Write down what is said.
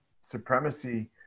supremacy